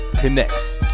connects